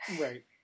right